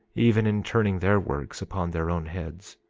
even in turning their works upon their own heads.